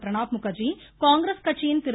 Pranab Mukherjee Congress கட்சியின் திரு